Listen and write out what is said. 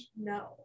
No